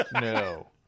No